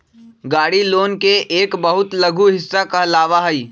गाड़ी लोन के एक बहुत लघु हिस्सा कहलावा हई